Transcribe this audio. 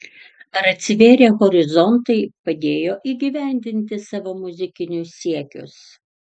ar atsivėrę horizontai padėjo įgyvendinti savo muzikinius siekius